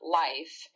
life